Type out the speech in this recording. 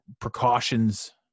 precautions